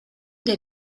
der